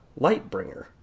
Lightbringer